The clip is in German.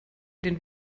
den